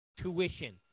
tuition